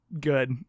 good